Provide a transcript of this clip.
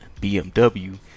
BMW